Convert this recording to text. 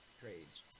trades